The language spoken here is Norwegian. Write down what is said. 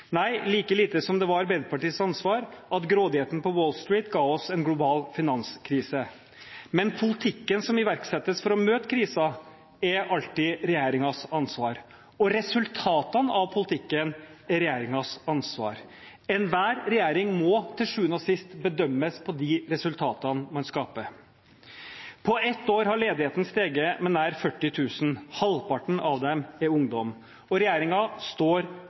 Nei, like lite som det var Arbeiderpartiets ansvar at grådigheten på Wall Street ga oss en global finanskrise. Men politikken som iverksettes for å møte krisen, er alltid regjeringens ansvar. Og resultatene av politikken er regjeringens ansvar. Enhver regjering må til sjuende og sist bedømmes på de resultatene man skaper. På ett år har ledigheten steget med nær 40 000. Halvparten av dem er ungdom, og regjeringen står